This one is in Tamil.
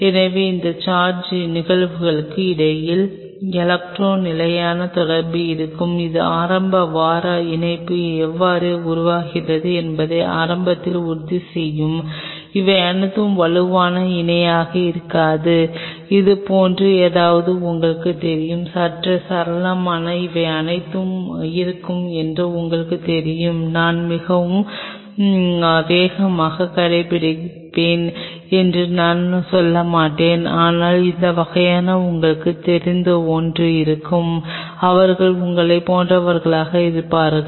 எனவே இந்த சார்ஜ் நிகழ்வுகளுக்கு இடையில் எலக்ட்ரோ நிலையான தொடர்பு இருக்கும் இது ஆரம்ப வார இணைப்பு எவ்வாறு உருவாகிறது என்பதை ஆரம்பத்தில் உறுதி செய்யும் அவை மிகவும் வலுவான இணைப்பாக இருக்காது இது போன்ற ஏதாவது உங்களுக்குத் தெரியும் சற்றே சரளமாக ஆனால் அவை அனைத்தும் இருக்கும் என்று உங்களுக்குத் தெரியும் நான் மிகவும் வேகமாக கடைபிடிப்பேன் என்று நான் சொல்ல மாட்டேன் ஆனால் இந்த வகையான உங்களுக்குத் தெரிந்த ஒன்று இருக்கும் அவர்கள் உங்களைப் போன்றவர்களாக இருப்பார்கள்